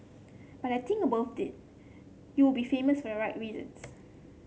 but I think about it you will be famous for a right reasons